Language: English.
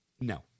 No